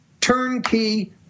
turnkey